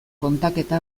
kontaketa